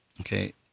Okay